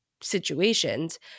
situations